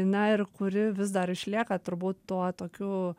na ir kuri vis dar išlieka turbūt tuo tokiu